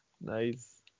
Nice